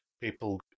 people